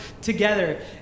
together